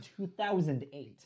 2008